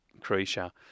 Croatia